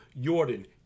Jordan